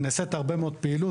נעשית הרבה מאוד פעילות.